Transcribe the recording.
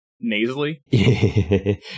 nasally